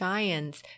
Giants